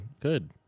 Good